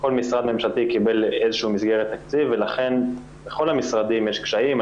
כל משרד ממשלתי קיבל איזושהי מסגרת תקציב ולכן לכל המשרדים יש קשיים,